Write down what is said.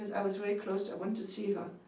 i was very close. i want to see her.